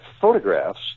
photographs